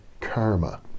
karma